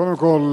קודם כול,